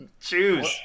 choose